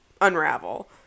unravel